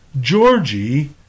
Georgie